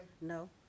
No